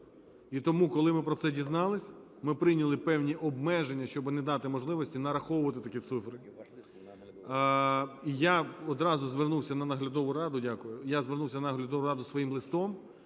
І тому, коли ми про це дізнались, ми прийняли певні обмеження, щоб не дати можливості нараховувати такі цифри. Я одразу звернувся на наглядову раду… Дякую.